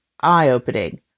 eye-opening